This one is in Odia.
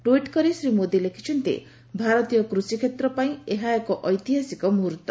ଟ୍ବିଟ୍ କରି ଶ୍ରୀ ମୋଦୀ ଲେଖୁଛନ୍ତି ଭାରତୀୟ କୃଷିକ୍ଷେତ୍ରପାଇଁ ଏହା ଏକ ଐତିହାସିକ ମୁହର୍ଉ